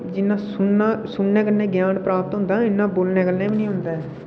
जिन्ना सुनने कन्नै ग्यान प्राप्त होंदा ऐ इन्ना बोलने कन्नै बी नेई होंदा ऐ